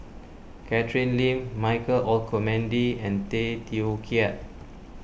Catherine Lim Michael Olcomendy and Tay Teow Kiat